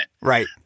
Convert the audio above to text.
Right